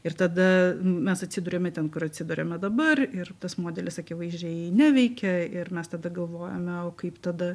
ir tada mes atsiduriame ten kur atsiduriame dabar ir tas modelis akivaizdžiai neveikia ir mes tada galvojame o kaip tada